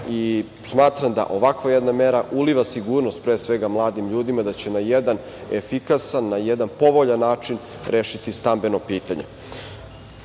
godine. Smatram da ovako jedna mera uliva sigurnost, pre svega mladim ljudima, da će na jedan efikasan, na jedan povoljan način rešiti stambeno pitanje. Kada